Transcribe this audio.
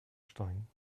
stein